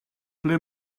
ble